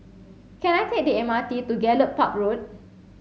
can I take the M R T to Gallop Park Road